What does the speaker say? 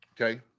okay